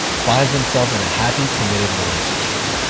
finds themselves in a happy committed relationship.